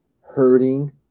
hurting